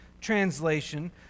translation